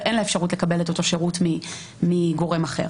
ואין לה אפשרות לקבל את אותו שרות מגורם אחר.